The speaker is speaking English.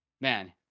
man